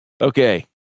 Okay